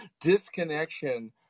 disconnection